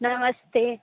नमस्ते